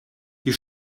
die